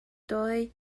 doe